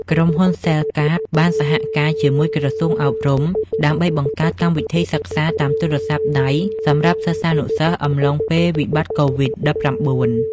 ក្រុមហ៊ុន សែលកាត (Cellcard) បានសហការជាមួយក្រសួងអប់រំ ដើម្បីបង្កើតកម្មវិធីសិក្សាតាមទូរស័ព្ទដៃសម្រាប់សិស្សានុសិស្សអំឡុងពេលវិបត្តិកូវីដ-១៩។